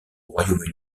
royaume